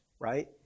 right